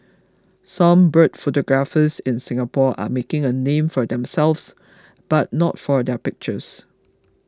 some bird photographers in Singapore are making a name for themselves but not for their pictures